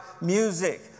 music